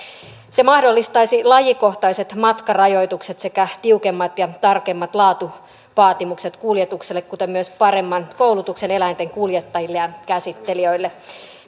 se mahdollistaisi lajikohtaiset matkarajoitukset sekä tiukemmat ja tarkemmat laatuvaatimukset kuljetukselle kuten myös paremman koulutuksen eläinten kuljettajille ja käsittelijöille